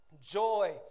joy